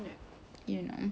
I like to think that